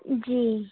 جی